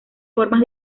formas